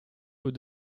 aux